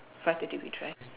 five thirty we try